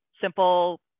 simple